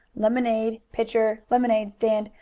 lemonade, pitcher, lemonade stand,